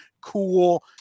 cool